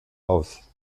aus